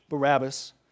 Barabbas